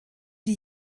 die